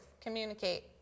Communicate